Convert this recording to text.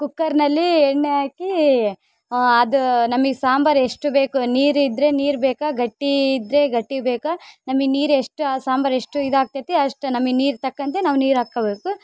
ಕುಕ್ಕರ್ನಲ್ಲಿ ಎಣ್ಣೆ ಹಾಕಿ ಅದು ನಮಗ್ ಸಾಂಬಾರು ಎಷ್ಟು ಬೇಕು ನೀರಿದ್ರೆ ನೀರು ಬೇಕೊ ಗಟ್ಟಿ ಇದ್ರೆ ಗಟ್ಟಿ ಬೇಕೊ ನಮಗ್ ನೀರು ಎಷ್ಟು ಆ ಸಾಂಬಾರು ಎಷ್ಟು ಇದಾಗ್ತದೆ ಅಷ್ಟು ನಮಗ್ ನೀರು ತಕ್ಕಂತೆ ನಾವು ನೀರು ಹಾಕೋಬೇಕು